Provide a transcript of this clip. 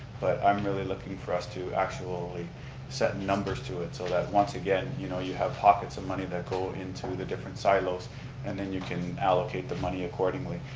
but i'm really looking for us to actually set numbers to it so that once again, you know you have pockets of money that go into the different silos and then you can allocate the money accordingly.